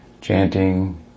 Chanting